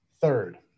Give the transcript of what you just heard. third